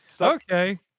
okay